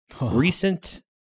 recent